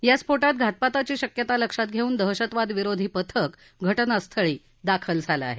या स्फोटात घातपाताची शक्यता लक्षात घेऊन दहशतवाद विरोधी पथक घटनास्थळी दाखल झालं आहे